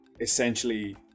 essentially